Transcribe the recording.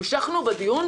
המשכנו אז בדיון,